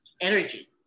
energy